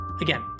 again